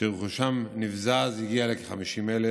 שרכושם נבזז הגיע לכ-50,000